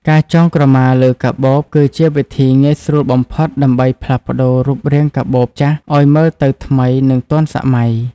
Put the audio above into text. ការចងក្រមាលើកាបូប គឺជាវិធីងាយស្រួលបំផុតដើម្បីផ្លាស់ប្តូររូបរាងកាបូបចាស់ឲ្យមើលទៅថ្មី និងទាន់សម័យ។